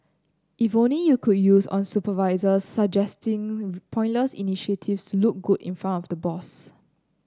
if only you could use on supervisors suggesting pointless initiatives look good in front of the boss